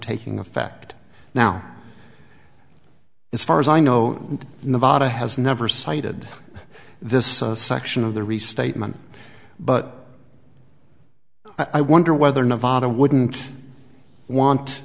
taking effect now as far as i know nevada has never cited this section of the restatement but i wonder whether nevada wouldn't want